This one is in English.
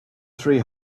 three